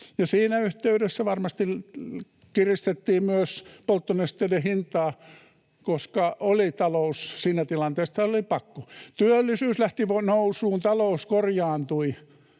siinä yhteydessä varmasti kiristettiin myös polttonesteiden hintaa, koska talous oli siinä tilanteessa, että oli pakko. Työllisyys lähti nousuun, talous korjaantui